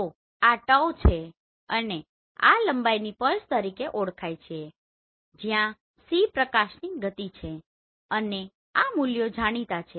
તો આ tau છે અને આ લંબાઈની પલ્સ તરીકે પણ ઓળખાય છે જ્યાં સી પ્રકાશની ગતિ છે અને આ મૂલ્યો જાણીતા છે